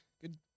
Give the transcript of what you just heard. Good